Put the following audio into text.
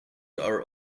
are